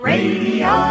Radio